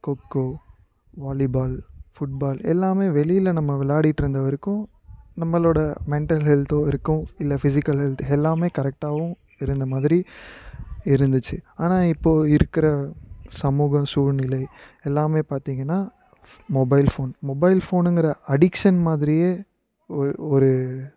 kho kho volleyball football எல்லாம் வெளியில் நம்ம விளையாடிக்கிட்டு இருந்த வரைக்கும் நம்மளோட மெண்டல் ஹெல்த்து இருக்கும் இல்லை ஃபிஸிக்கல் ஹெல்த் எல்லாம் கரெக்டாகவும் இருந்த மாதிரி இருந்துச்சு ஆனால் இப்போது இருக்கிற சமூக சூழ்நிலை எல்லாம் பார்த்திங்கன்னா மொபைல் ஃபோன் மொபைல் ஃபோனுங்கிற அடிக்ஷன் மாதிரியே ஓரு ஒரு